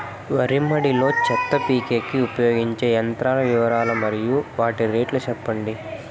వరి మడి లో చెత్త పీకేకి ఉపయోగించే యంత్రాల వివరాలు మరియు వాటి రేట్లు చెప్పండి?